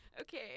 Okay